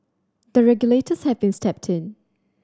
the regulators have been stepped in